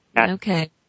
okay